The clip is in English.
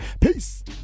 Peace